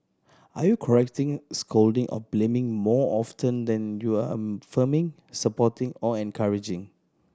are you correcting scolding or blaming more often than you are affirming supporting or encouraging